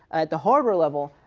at the hardware level,